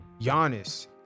Giannis